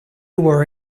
were